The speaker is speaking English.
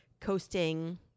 coasting